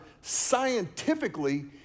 scientifically